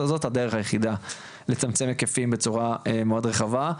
זאת הדרך היחידה לצמצם היקפים בצורה מאוד רחבה,